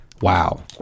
Wow